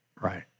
Right